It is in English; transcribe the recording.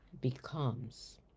becomes